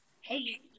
Hey